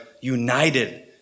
united